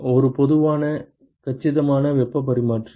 ஒரு பொதுவான கச்சிதமான வெப்பப் பரிமாற்றி